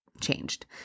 changed